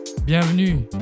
Bienvenue